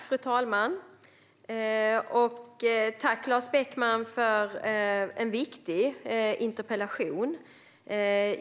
Fru talman! Tack, Lars Beckman, för en viktig interpellation!